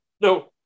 no